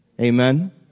Amen